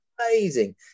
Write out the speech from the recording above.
amazing